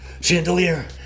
Chandelier